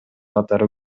катары